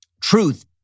truth